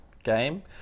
Game